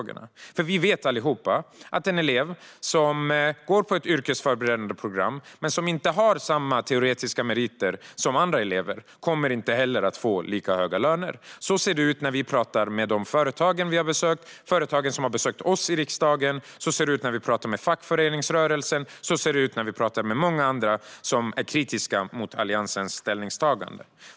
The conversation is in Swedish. Vi vet nämligen allihop att en elev som går ett yrkesförberedande program men inte har samma teoretiska meriter som andra elever inte heller kommer att få en lika hög lön. Så säger de företag vi har besökt och de företag som har besökt oss i riksdagen. Så säger fackföreningsrörelsen, och så säger många andra som är kritiska mot Alliansens ställningstagande.